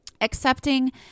accepting